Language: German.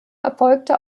erfolgte